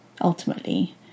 ultimately